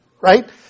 Right